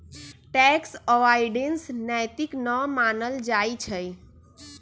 tax avoidance नैतिक न मानल जाइ छइ